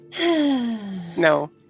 No